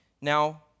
Now